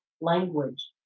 language